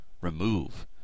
remove